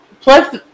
plus